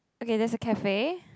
okay there's a cafe